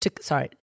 sorry